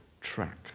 track